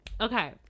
okay